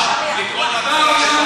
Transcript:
תודה רבה.